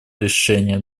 решении